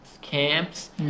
camps